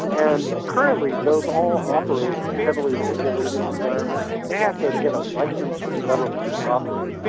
and currently those all operate in a heavily regulated environment. they have to get a license from government to operate.